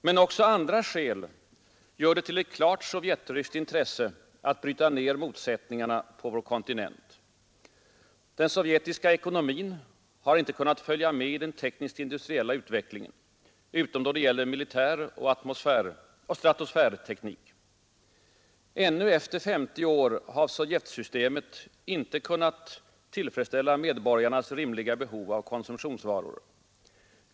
Men också andra skäl gör det till ett klart sovjetryskt intresse att bryta ner motsättningarna på vår kontinent. Den sovjetiska ekonomin har inte kunnat följa med i den teknisk-industriella utvecklingen, utom då det gäller militäroch stratosfärteknik. Ännu efter 50 år har sovjetsystemet inte kunnat tillfredsställa medborgarnas rimliga behov av konsumtionsvaror.